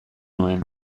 nuen